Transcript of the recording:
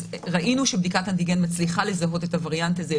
ראינו שבדיקת אנטיגן מצליחה לזהות את הווריאנט הזה,